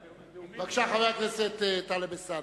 בבקשה, חבר הכנסת טלב אלסאנע.